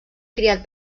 criat